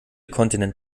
kontinent